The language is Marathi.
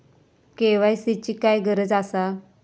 के.वाय.सी ची काय गरज आसा?